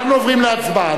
אנחנו עוברים להצבעה.